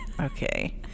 Okay